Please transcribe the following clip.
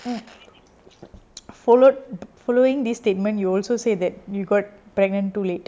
followed following this statement you also say that you got pregnant too late